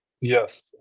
Yes